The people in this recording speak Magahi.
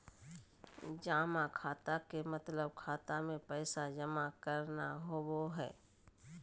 जमा खाता के मतलब खाता मे पैसा जमा करना होवो हय